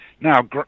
Now